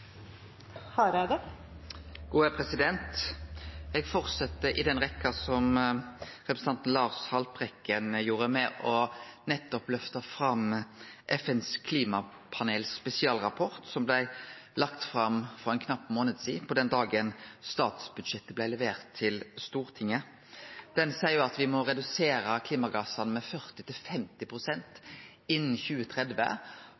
representanten Lars Haltbrekken gjorde, med nettopp å løfte fram spesialrapporten frå FNs klimapanel, som blei lagd fram for ein knapp månad sidan, på den dagen da statsbudsjettet blei levert til Stortinget. Rapporten seier at me må redusere klimagassutsleppa med